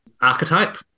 archetype